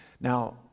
Now